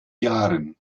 jahren